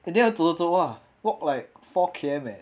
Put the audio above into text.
and then 走走走啊 walk like four K_M leh